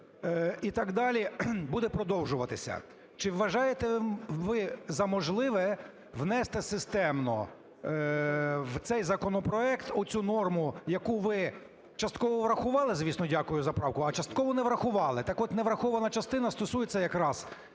і так далі, буде продовжуватися. Чи вважаєте ви за можливе внести системно в цей законопроект оцю норму, яку ви частково врахували, звісно, дякую за правку, а частково не врахували. Так от, неврахована частина стосується якраз